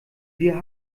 wir